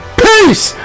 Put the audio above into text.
peace